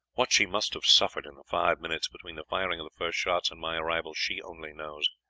what she must have suffered in the five minutes between the firing of the first shots and my arrival, she only knows.